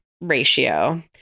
ratio